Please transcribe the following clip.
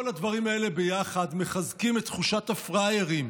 כל הדברים האלה ביחד מחזקים את תחושת הפראיירים,